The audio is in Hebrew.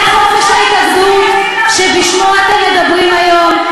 זה חופש ההתאגדות שבשמו אתם מדברים היום,